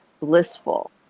blissful